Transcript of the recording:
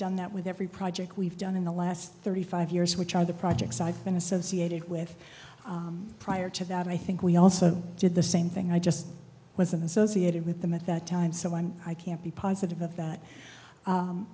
done that with every project we've done in the last thirty five years which are the projects i've been associated with prior to that i think we also did the same thing i just wasn't associated with them at that time so i'm i can't be positive of that